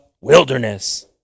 wilderness